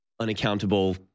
unaccountable